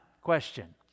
question